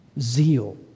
Zeal